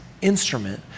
instrument